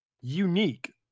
unique